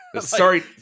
sorry